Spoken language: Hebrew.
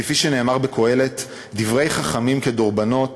כפי שנאמר בקהלת: "דברי חכמים כדרבנות